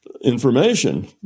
information